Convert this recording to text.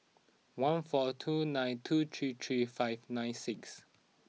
one four two nine two three three five nine six